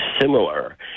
similar